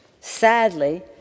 Sadly